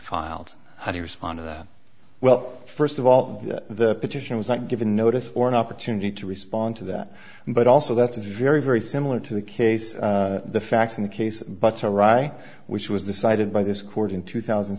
filed how do you respond to that well first of all the petition was not given notice or an opportunity to respond to that but also that's a very very similar to the case the facts of the case but to write which was decided by this court in two thousand